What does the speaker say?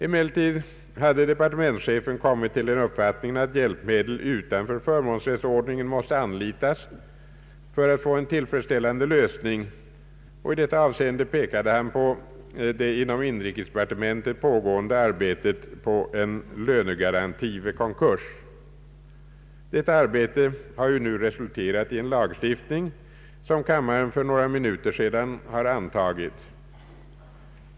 Emellertid hade departementschefen kommit till den uppfattningen att hjälpmedel utanför förmånsrättsordningen måste anlitas för att få en tillfredsställande lösning. I detta avseende nämnde departementschefen det inom inrikesdepartementet pågående arbetet på en lönegaranti vid konkurs. Detta arbete har ju resulterat i en lagstiftning som kammaren för några minuter sedan antagit.